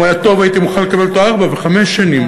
אם הוא היה טוב הייתי מוכן לקבל אותו לארבע או חמש שנים.